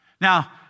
now